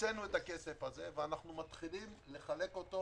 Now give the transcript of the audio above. הקצינו אותו, ואנחנו מתחילים לחלק אותו